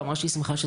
ואמרה שהיא שמחה,